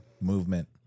movement